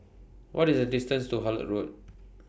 What IS The distance to Hullet Road